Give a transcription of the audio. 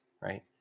right